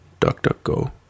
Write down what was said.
DuckDuckGo